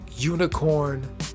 unicorn